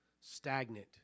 stagnant